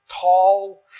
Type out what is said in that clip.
tall